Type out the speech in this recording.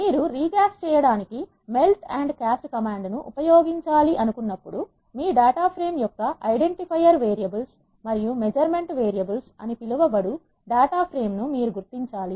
మీరు recast చేయడానికి melt and cast command ను ఉపయోగించాలి అనుకున్నప్పుడు మీ డేటా ప్రేమ్ యొక్క ఐడెంటిఫైయర్ వేరియబుల్స్ మరియు మెజర్మెంట్ వేరియబుల్స్ అని పిలువబడే డేటా ఫ్రేమ్ ను మీరు గుర్తించాలి